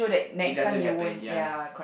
it doesn't happened ya